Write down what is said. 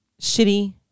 shitty